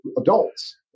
adults